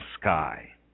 sky